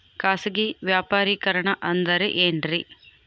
ಖಾಸಗಿ ವ್ಯಾಪಾರಿಕರಣ ಅಂದರೆ ಏನ್ರಿ?